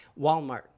Walmart